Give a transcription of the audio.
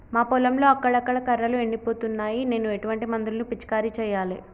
మా పొలంలో అక్కడక్కడ కర్రలు ఎండిపోతున్నాయి నేను ఎటువంటి మందులను పిచికారీ చెయ్యాలే?